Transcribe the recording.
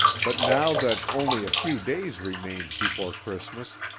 but now that only a few days remained before christmas,